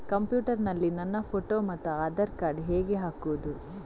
Computer ನಲ್ಲಿ ನನ್ನ photo ಮತ್ತು ಆಧಾರ್ ಕಾರ್ಡ್ ಹೇಗೆ ಹಾಕುವುದು?